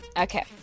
Okay